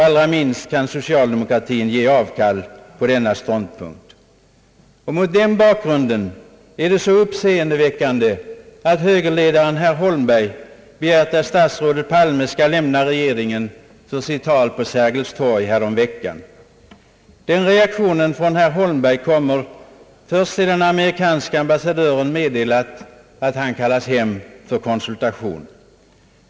Allra minst kan socialdemokratin ge avkall på denna ståndpunkt. Mot denna bakgrund är det uppseendeväckande att högerledaren herr Holmberg begärt att statsrådet Palme skall lämna regeringen för sitt tal på Sergels torg härom veckan. Denna reaktion från herr Holmberg kommer först sedan den amerikanske ambassadören meddelat att han kallats hem för konsultation.